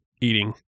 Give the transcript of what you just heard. eating